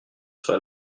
serai